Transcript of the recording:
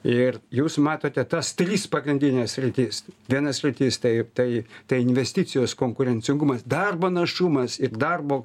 ir jūs matote tas tris pagrindines sritis viena sritis tai tai tai investicijos konkurencingumas darbo našumas ir darbo